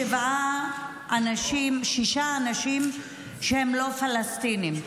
שבעה אנשים, שישה אנשים שהם לא פלסטינים,